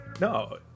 no